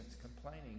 complaining